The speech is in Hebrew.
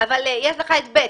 אבל יש לך את סעיף (ב).